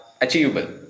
achievable